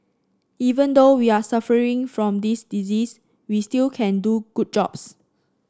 even though we are suffering from this disease we still can do good jobs